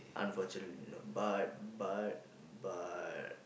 unfortunately no but but but